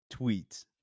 Tweets